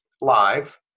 live